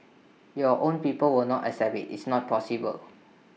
your own people will not accept IT it's not possible